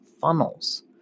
funnels